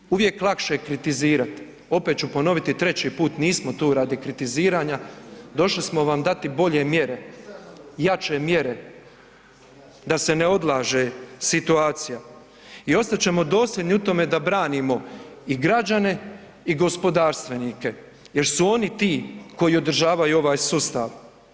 Ja znam da je uvijek lakše kritizirati, opet ću ponoviti treći put, nismo tu radi kritiziranja došli smo vam dati bolje mjere, jače mjere, da se ne odlaže situacija i ostat ćemo dosljedni u tome da branimo i građane i gospodarstvenike jer su oni ti koji održavaju ovaj sustav.